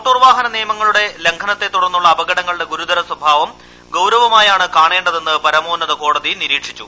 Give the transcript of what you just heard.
motor വാഹന നിയമങ്ങളുടെ ലംഘനത്തെ തുടർന്നുള്ള അപകടങ്ങളുടെ ഗുരുതര സ്വഭാവം ഗൌരവമായാണ് കാണേണ്ടതെന്ന് പരമോന്നത കോടതി നിരീക്ഷിച്ചു